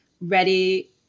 ready